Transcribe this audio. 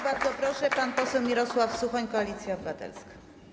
Bardzo proszę, pan poseł Mirosław Suchoń, Koalicja Obywatelska.